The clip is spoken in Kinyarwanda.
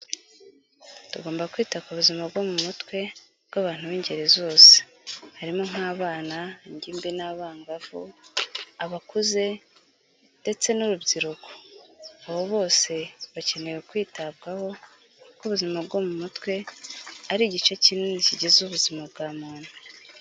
Tugomba kwita ku buzima bwo mu mutwe, bw'abantu b'ingeri zose, harimo nk'abana, ingimbi, n'abangavu, abakuze, ndetse n'urubyiruko, abo bose bakeneye kwitabwaho kuko ubuzima bwo mu mutwe ari igice kinini kigize ubuzima bwa muntu.